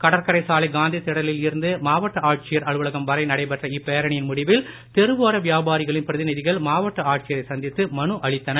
கடற்கரை சாலை காந்தி திடலில் இருந்து மாவட்ட ஆட்சியர் அலுவலகம் வரை நடைபெற்ற இப்பேரணியின் முடிவில் தெருவோர வியாபாரிகளின் பிரதிநிதிகள் மாவட்ட ஆட்சியரை சந்தித்து மனுக் கொடுத்தனர்